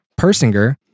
Persinger